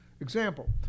Example